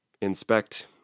inspect